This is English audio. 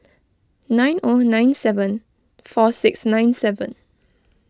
nine O nine seven four six nine seven